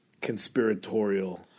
conspiratorial